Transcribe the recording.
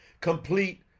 complete